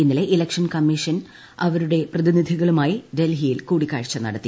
ഇന്നലെ election commission ഇവരുടെ പ്രതിനിധികളുമായി ഡൽഹിയിൽ കൂടിക്കാഴ്ച നടത്തി